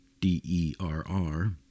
D-E-R-R